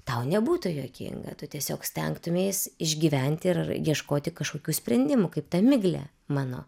tau nebūtų juokinga tu tiesiog stengtumeis išgyventi ir ieškoti kažkokių sprendimų kaip ta miglį mano